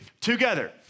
together